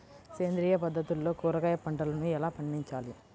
సేంద్రియ పద్ధతుల్లో కూరగాయ పంటలను ఎలా పండించాలి?